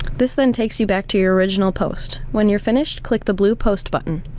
this then takes you back to your original post. when you're finished, click the blue post button.